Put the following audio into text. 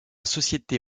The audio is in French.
société